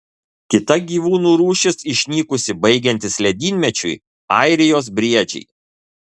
kita gyvūnų rūšis išnykusi baigiantis ledynmečiui airijos briedžiai